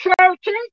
churches